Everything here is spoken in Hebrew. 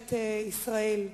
ממשלת ישראל,